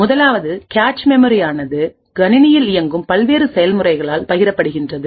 முதலாவதாக cache memory ஆனது கணினியில் இயங்கும் பல்வேறு செயல்முறைகளால் பகிரப்படுகிறது